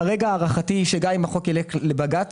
כרגע הערכתי היא שגם אם החוק יילך לבג"צ